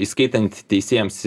įskaitant teisėjams